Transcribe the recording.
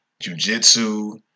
jujitsu